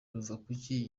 ruvakuki